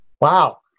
Wow